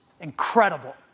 Incredible